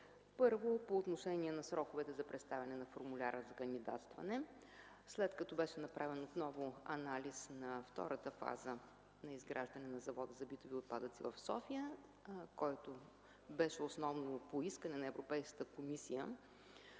първо по отношение на сроковете за представяне на формуляра за кандидатстване. След като отново беше направен анализ на втората фаза на изграждане на Завода за битови отпадъци в София, който беше основно по искане на Европейската комисия,